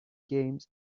games